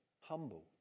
humble